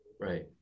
Right